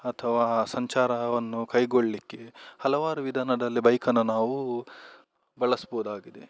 ಅಥವಾ ಸಂಚಾರವನ್ನು ಕೈಗೊಳ್ಲಿಕ್ಕೆ ಹಲವಾರು ವಿಧಾನದಲ್ಲಿ ಬೈಕನ್ನು ನಾವು ಬಳಸ್ಬೋದಾಗಿದೆ